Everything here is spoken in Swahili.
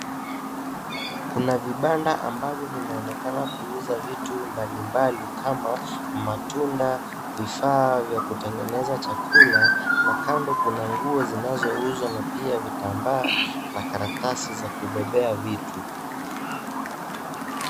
Kuna vibanda ambavyo vinaonekana kuuza vitu mbalimbali kama, matunda, vifaa vya kutengeneza chakula na kando, kuna nguo zinazouzwa na pia, vitambaa na karatasi za kubebea vitu.